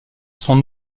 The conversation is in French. sont